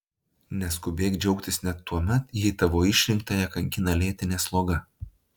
neskubėk džiaugtis net tuomet jei tavo išrinktąją kankina lėtinė sloga